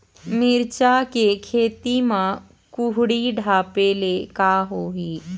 मिरचा के खेती म कुहड़ी ढापे ले का होही?